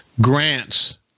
Grants